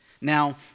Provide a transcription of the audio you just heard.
Now